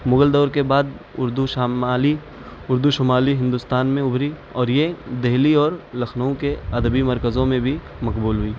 مغل دور کے بعد اردو شمالی اردو شمالی ہندوستانی میں ابھری اور یہ دلی اور لکھنؤ کے ادبی مرکزوں میں بھی مقبول ہوئی